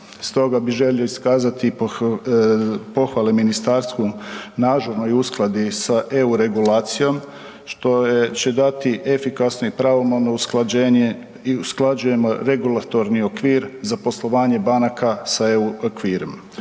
Stoga bi želio iskazati pohvale ministarstvu na ažurnoj uskladi sa EU regulacijom što je, će dati efikasne i …/Govornik se ne razumije/…usklađenje i usklađujemo regulatorni okvir za poslovanje banaka sa EU okvirima.